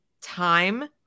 time